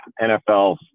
NFL